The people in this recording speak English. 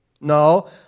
No